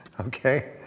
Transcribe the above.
Okay